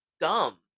dumb